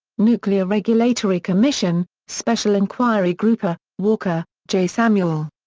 nuclear regulatory commission, special inquiry group. ah walker, j. samuel.